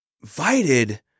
invited